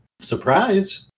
surprise